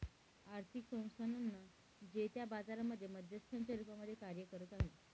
आर्थिक संस्थानांना जे त्या बाजारांमध्ये मध्यस्थांच्या रूपामध्ये कार्य करत आहे